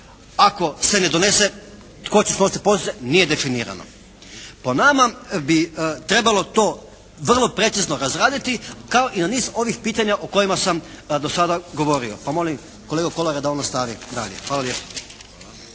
Ako se ne donese tko će snositi posljedice, nije definirano. Po nama bi trebalo to vrlo precizno razraditi kao i na niz ovih pitanja o kojima sam do sada govorio pa molim kolegu Kolara da on nastavi dalje. Hvala lijepo.